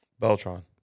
Beltron